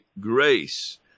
grace